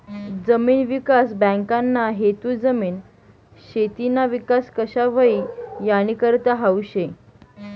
जमीन विकास बँकना हेतू जमीन, शेतीना विकास कशा व्हई यानीकरता हावू शे